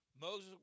Moses